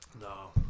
No